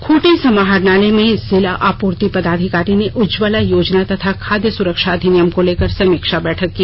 खूंटी समाहरणालय में जिला आपूर्ति पदाधिकारी ने उज्ज्वला योजना तथा खाद्य सुरक्षा अधिनियम को लेकर समीक्षा बैठक की